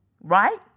Right